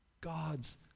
God's